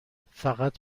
فقط